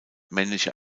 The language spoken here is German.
männliche